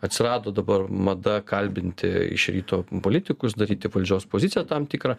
atsirado dabar mada kalbinti iš ryto politikus daryti valdžios poziciją tam tikrą